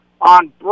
on